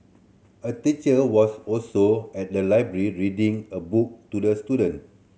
a teacher was also at the library reading a book to the student